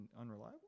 unreliable